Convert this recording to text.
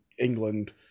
England